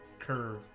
curve